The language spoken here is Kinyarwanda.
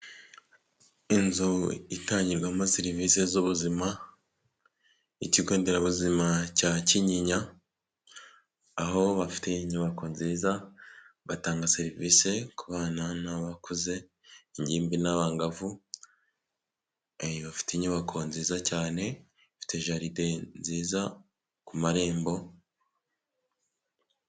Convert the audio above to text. Inzu itangirwamo serivisi z'ubuzima, ikigo nderabuzima cya Kinyinya aho bafite inyubako nziza batanga serivisi ku bana n'abakuze, ingimbi n'abangavu, bafite inyubako nziza cyane bafite jaride nziza ku marembo.